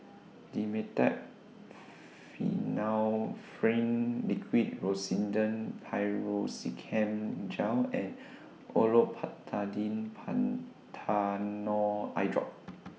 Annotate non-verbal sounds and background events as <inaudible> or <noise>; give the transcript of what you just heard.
Dimetapp <unintelligible> Liquid Rosiden Piroxicam Gel and Olopatadine Patanol Eyedrop